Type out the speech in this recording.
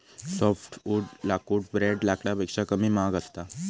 softwood लाकूड ब्रेड लाकडापेक्षा कमी महाग असता